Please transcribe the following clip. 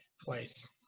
place